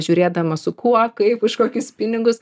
žiūrėdama su kuo kaip už kokius pinigus